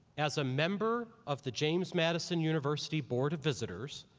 as a member of the james madison university board of visitors,